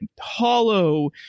hollow